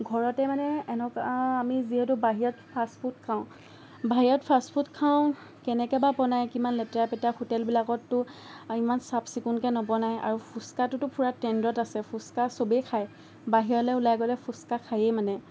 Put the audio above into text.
ঘৰতে মানে এনেকুৱা আমি যিহেতু বাহিৰত ফাষ্টফুড খাওঁ বাহিৰত ফাষ্টফুড খাওঁ কেনেকে বা বনায় কিমান লেতেৰা পেতেৰা হোটেলবিলাকততো ইমান চাফচিকুণকৈ নবনায় আৰু ফুচ্কাটোতো পুৰা ট্ৰেণ্ডত আছে ফুচ্কা চবেই খায় বাহিৰলৈ ওলাই গ'লে ফুচ্কা খায়েই মানে